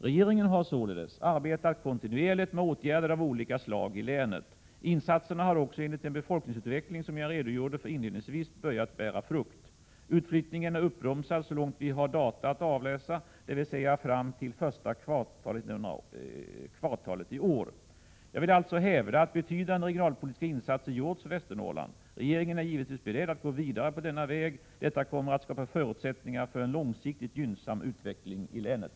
Regeringen har således arbetat kontinuerligt med åtgärder av olika slag i länet. Insatserna har också enligt den befolkningsutveckling som jag redogjorde för inledningsvis börjat bära frukt. Utflyttningen är uppbromsad så långt vi har data att avläsa, dvs. fram t.o.m. första kvartalet i år. Jag vill alltså hävda att betydande regionalpolitiska insatser gjorts för Västernorrland. Regeringen är givetvis beredd att.gå vidare på denna väg. Detta kommer att skapa förutsättningar för en långsiktigt gynnsam utveckling i länet.